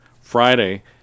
Friday